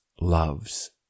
loves